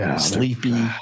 sleepy